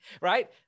right